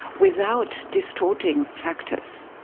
without distorting factors.